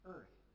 Earth